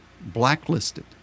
blacklisted